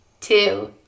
two